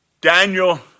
Daniel